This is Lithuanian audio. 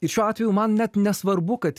ir šiuo atveju man net nesvarbu kad